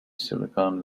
silicon